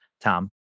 Tom